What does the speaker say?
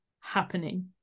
happening